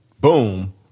Boom